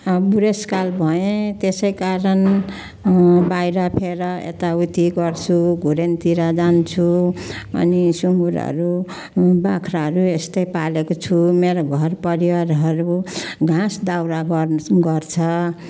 बुढेसकाल भएँ त्यसै कारण बाहिरफेर यताउति गर्छु घुर्यानतिर जान्छु अनि सुँगुरहरू बाख्राहरू यस्तै पालेको छु मेरो घरपरिवारहरू घाँस दाउरा गर गर्छ